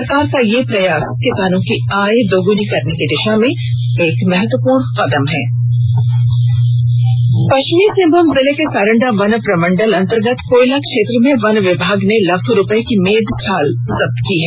सरकार का यह प्रयास किसानों की आय दोगुनी करने की दिशा में महत्वपूर्ण कदम है पश्चिमी सिंहभूम जिले के सारंडा वन प्रमंडल अंतर्गत कोयला क्षेत्र में वन विभाग ने लाखों रुपए की मेद छाल जप्त की है